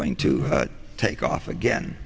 going to take off again